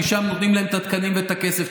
כי שם נותנים להם את התקנים ואת הכסף.